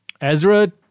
Ezra